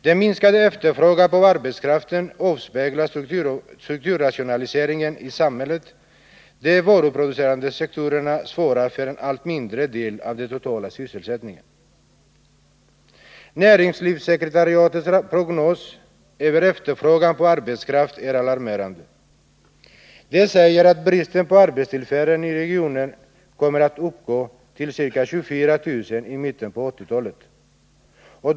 Den minskade efterfrågan på arbetskraft avspeglar strukturrationaliseringen i samhället. De varuproducerande sektorerna svarar för en allt mindre del av den totala sysselsättningen. Näringslivssekretetariatets prognos över efterfrågan på arbetskraft är alarmerande. Den säger att ca 24 000 arbetstillfällen kommer att saknas i regionen i mitten på 1980-talet.